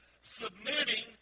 submitting